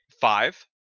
five